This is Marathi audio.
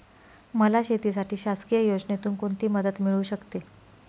मला शेतीसाठी शासकीय योजनेतून कोणतीमदत मिळू शकते?